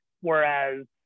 whereas